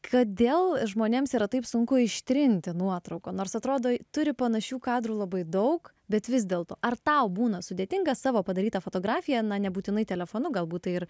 kodėl žmonėms yra taip sunku ištrinti nuotrauką nors atrodo turi panašių kadrų labai daug bet vis dėlto ar tau būna sudėtinga savo padarytą fotografiją na nebūtinai telefonu galbūt tai ir